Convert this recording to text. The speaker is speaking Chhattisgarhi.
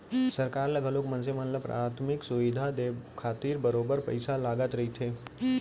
सरकार ल घलोक मनसे मन ल पराथमिक सुबिधा देय खातिर बरोबर पइसा लगत रहिथे